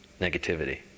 negativity